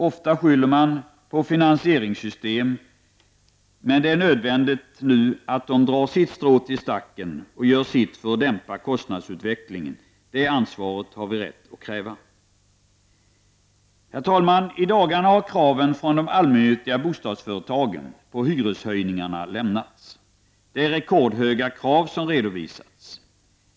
Ofta skyller man på finansieringssystemet. Det är nu nödvändigt att de drar sitt strå till stacken och gör sitt för att dämpa kostnadsutvecklingen. Det ansvaret har vi rätt att kräva. Herr talman! I dagarna har kraven på hyreshöjningar lämnats från de allmännyttiga bostadsföretagen. Det är rekordhöga krav som redovisats.